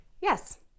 Yes